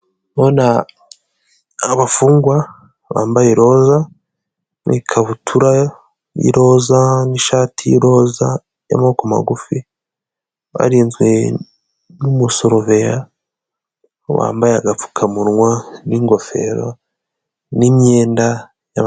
Ndabona aba bafungwa bambaye roza n'ikabutura y'iroza n'ishati y'iroza y'amoboko magufi, barinzwe n'umusoroveya wambaye agapfukamunwa n'ingofero n'imyenda y'aba...